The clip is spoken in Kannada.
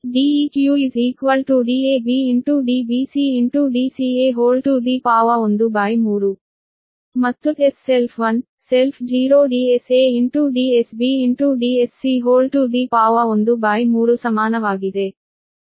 Deq Dab Dbc Dca 13 ಮತ್ತು Ds self one self zero DsaDsbDsc13 ಸಮಾನವಾಗಿದೆ